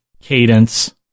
cadence